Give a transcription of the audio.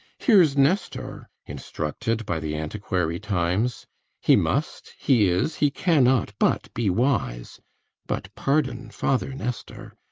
here's nestor, instructed by the antiquary times he must, he is, he cannot but be wise but pardon, father nestor,